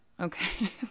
Okay